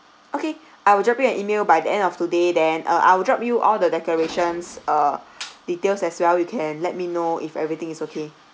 okay I will drop you an email by the end of today then uh I will drop you all the decorations uh details as well you can let me know if everything is okay